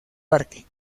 parque